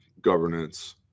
governance